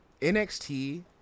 NXT